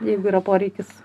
jeigu yra poreikis